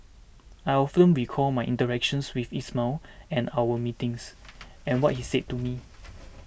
I often recall my interactions with Ismail and our meetings and what he said to me